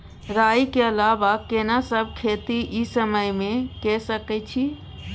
राई के अलावा केना सब खेती इ समय म के सकैछी?